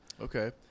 Okay